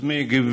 הרשו לי לתת